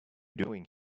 doing